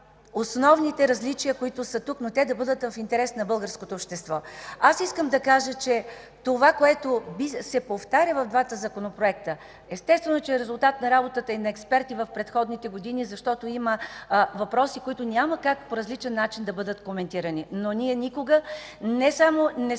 основните различия, които са тук, но те да бъдат в интерес на българското общество. Аз искам да кажа, че това, което се повтаря в двата законопроекта, естествено, че е резултат от работата и на експерти от предходните години, защото има въпроси, които няма как по различен начин да бъдат коментирани, но ние винаги сме